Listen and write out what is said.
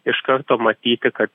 iš karto matyti kad